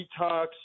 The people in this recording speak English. detox